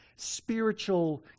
spiritual